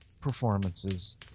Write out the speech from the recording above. performances